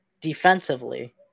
defensively